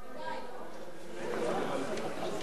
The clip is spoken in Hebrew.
כאלה שאפשר לסמוך על הצבעתם, כמובן.